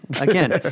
again